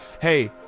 hey